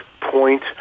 point